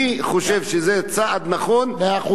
אני חושב שזה צעד נכון, מאה אחוז.